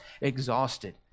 exhausted